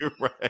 Right